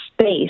space